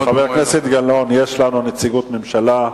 חבר הכנסת גילאון, יש לנו נציגות ממשלה,